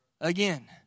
Again